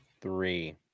Three